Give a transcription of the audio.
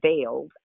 veiled